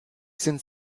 sind